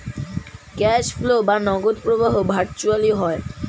cash flow বা নগদ প্রবাহ ভার্চুয়ালি হয়